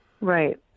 Right